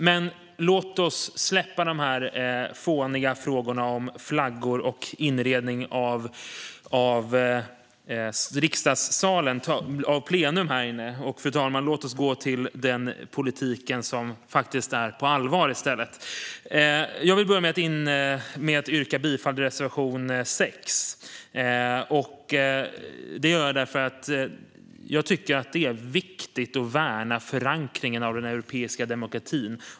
Men låt oss släppa de fåniga frågorna om flaggor och inredning av plenisalen och i stället gå över till den politik som är på allvar. Jag vill börja med att yrka bifall till reservation nr 6. Det gör jag då jag tycker att det är viktigt att även här i Sverige värna förankringen av demokratin.